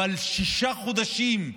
אבל שישה חודשים,